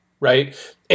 right